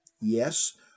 Yes